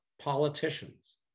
politicians